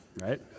right